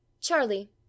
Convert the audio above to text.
Charlie